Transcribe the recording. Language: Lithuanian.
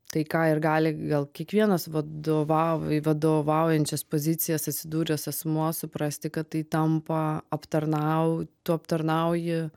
tai ką ir gali gal kiekvienas vadovauja vadovaujančias pozicijas atsidūręs asmuo suprasti kad tai tampa aptarnau tu aptarnauji